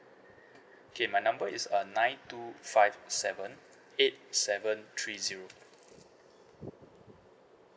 okay my number is uh nine two five seven eight seven three zero